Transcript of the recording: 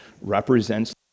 represents